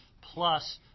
plus